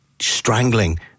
strangling